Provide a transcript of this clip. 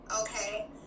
okay